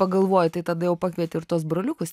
pagalvoji tai tada jau pakvieti ir tuos broliukus